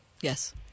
Yes